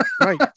Right